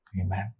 Amen